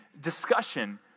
discussion